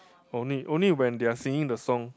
only only when they are singing the song